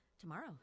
Tomorrow